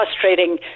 frustrating